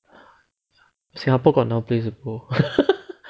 singapore got no place to go